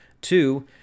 Two